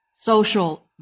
social